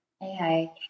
Hey